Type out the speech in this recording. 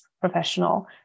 professional